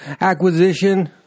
acquisition